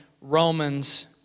Romans